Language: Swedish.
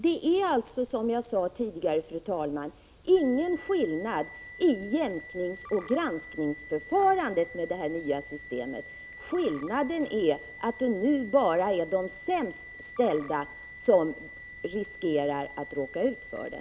Det blir alltså, som jag sade tidigare, fru talman, ingen skillnad i jämkningsoch granskningsförfarandet med det nya systemet. Förändringen är att det nu bara är de sämst ställda som riskerar att råka ut för det.